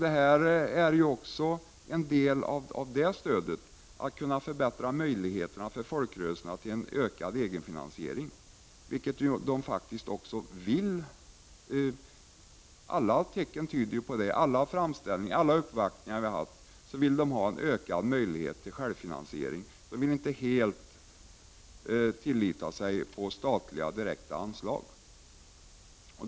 Ett sådant stöd är att förbättra möjligheterna för folkrörelserna till en ökad egenfinansiering, något som de själva vill ha. I alla framställningar och uppvaktningar framförs önskemålet om ökade möjligheter till självfinansiering. De vill inte helt tilllita sig på statliga direkta anslag.